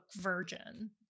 virgin